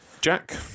Jack